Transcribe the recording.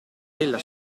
della